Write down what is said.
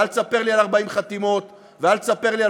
ואל תספר לי על 40 חתימות ואל תספר לי על